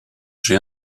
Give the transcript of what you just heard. j’ai